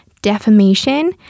defamation